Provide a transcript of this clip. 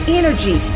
energy